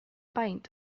beint